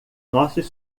nossos